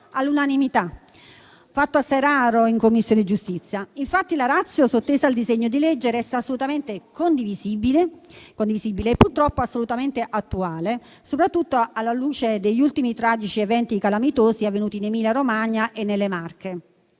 all'unanimità (fatto assai raro in Commissione giustizia). Infatti, la *ratio* sottesa al disegno di legge resta assolutamente condivisibile e purtroppo assolutamente attuale, soprattutto alla luce degli ultimi tragici eventi calamitosi avvenuti in Emilia-Romagna e nelle Marche.